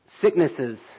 sicknesses